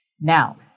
Now